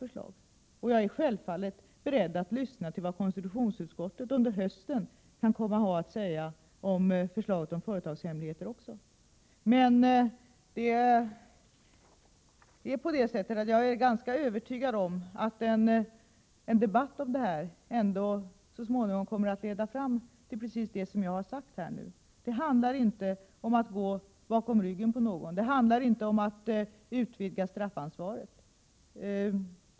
Jag är självfallet beredd att lyssna också till vad konstitutionsutskottet under hösten kan komma att säga om förslaget om företagshemligheter. Men jag är ändå ganska övertygad om att en debatt på denna punkt så småningom kommer att leda fram till just det som jag här har sagt. Det handlar inte om att gå bakom ryggen på någon eller om att utvidga straffansvaret.